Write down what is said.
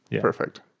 perfect